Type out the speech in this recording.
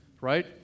right